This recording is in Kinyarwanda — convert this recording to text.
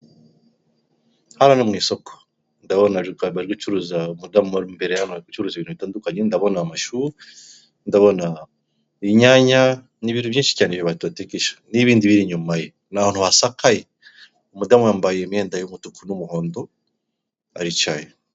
Hano ni mu isoko ndabona rugamba rw'curuza mudamu imbere yampa ibicuruza ibintu bitandukanye ndabona amashyu ndabona inyanya ni ibintu byinshi cyane rebatatikitisha n'ibindi biri inyuma ni ahantu hasakaye, umudamu wambaye imyenda y'umutuku n'umuhondo aricaye.